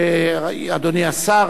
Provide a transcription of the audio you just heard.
אדוני השר,